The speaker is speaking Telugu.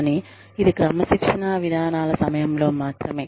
కానీ ఇది క్రమశిక్షణా విధానాల సమయంలో మాత్రమే